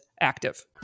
active